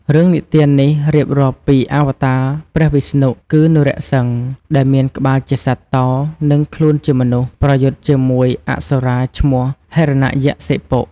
រឿងនិទាននេះរៀបរាប់ពីអាវតារព្រះវិស្ណុ គឺ នរសិង្ហ ដែលមានក្បាលជាសត្វតោ និងខ្លួនជាមនុស្ស ប្រយុទ្ធជាមួយអសុរាឈ្មោះ ហិរណយក្សសិបុ។